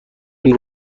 این